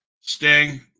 Sting